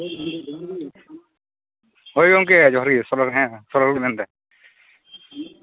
ᱦᱚᱭ ᱜᱚᱝᱠᱮ ᱦᱚᱡᱟᱨᱜᱮ ᱥᱚᱞᱚᱜ ᱦᱮ ᱥᱚᱨᱚᱞ ᱢᱮᱱᱫᱮ